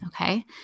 Okay